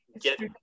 get